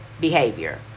behavior